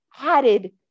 added